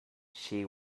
she